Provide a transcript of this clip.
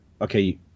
Okay